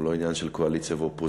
הוא לא עניין של קואליציה ואופוזיציה.